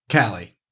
Callie